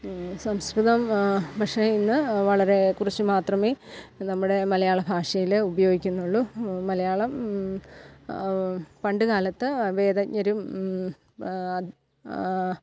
സംസ്കൃതം പക്ഷേ ഇന്നു വളരെക്കുറച്ചു മാത്രമേ നമ്മുടെ മലയാളഭാഷയിൽ ഉപയോഗിക്കുന്നുള്ളു മലയാളം പണ്ടു കാലത്ത് വേദജ്ഞരും